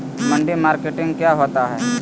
मंडी मार्केटिंग क्या होता है?